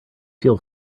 feel